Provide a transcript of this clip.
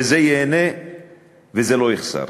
שזה ייהנה וזה לא יחסר.